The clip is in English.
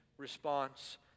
response